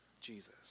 Jesus